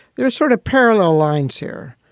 there's sort of parallel lines here.